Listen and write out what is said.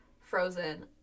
Frozen